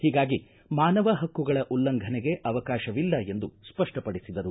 ಹೀಗಾಗಿ ಮಾನವ ಪಕ್ಕುಗಳ ಉಲ್ಲಂಘನೆಗೆ ಅವಕಾಶವಿಲ್ಲ ಎಂದು ಸ್ಪಷ್ಟಪಡಿಸಿದರು